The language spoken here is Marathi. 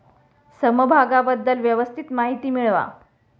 समभागाबद्दल व्यवस्थित माहिती मिळवा